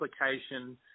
application